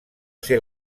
ser